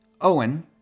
Owen